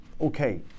okay